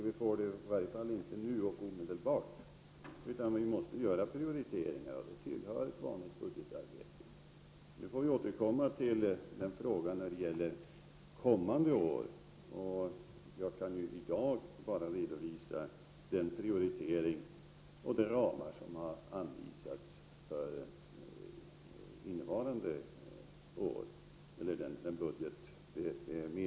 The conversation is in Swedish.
Vi får det i varje fall inte nu och omedelbart, utan vi måste göra prioriteringar. Det tillhör ett vanligt budgetarbete. Vi får återkomma till frågan om kommande år. Jag kan i dag bara redovisa den prioritering och de ramar som har anvisats för innevarande år.